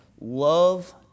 Love